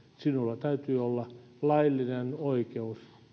sinulla täytyy olla laillinen oikeus